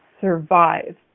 survive